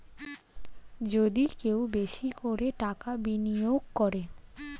যদি কেউ বেশি করে টাকা বিনিয়োগ করে